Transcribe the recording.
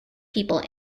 people